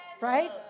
right